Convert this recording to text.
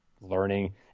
learning